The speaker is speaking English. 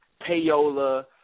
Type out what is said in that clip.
payola